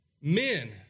men